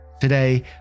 Today